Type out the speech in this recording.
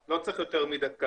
אני לא צריך יותר מדקה.